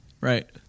right